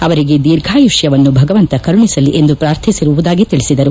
ಅವರಿಗೆ ದೀರ್ಘಾಯುಷ್ಟವನ್ನು ಭಗವಂತ ಕರುಣಿಸಲಿ ಎಂದು ಪ್ರಾರ್ಥಿಸಿರುವುದಾಗಿ ತಿಳಿಸಿದರು